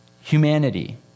humanity